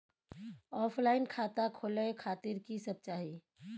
Offline खाता खोले खातिर की सब चाही?